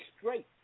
straight